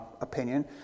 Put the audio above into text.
opinion